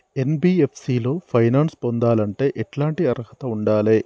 NBFC లో finance పొందాలంటే ఎట్లాంటి అర్హత ఉండాలే?